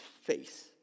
face